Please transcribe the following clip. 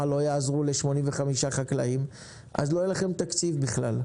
לא יעזרו ל-85 חקלאים אז לא יהיה לכם תקציב בכלל,